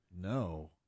No